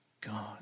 God